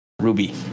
Ruby